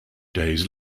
days